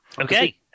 Okay